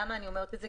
למה אני אומרת את זה?